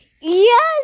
Yes